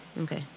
Okay